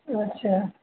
अच्छा